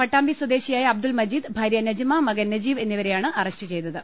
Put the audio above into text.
പട്ടാമ്പി സ്വദേശിയായ അബ്ദുൽമജീദ് ഭാര്യ നജ്മ മകൻ നജീബ് എന്നിവരെയാണ് അറസ്റ്റ് ചെയ്തത്